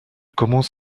commence